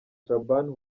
shaban